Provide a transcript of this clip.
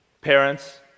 Parents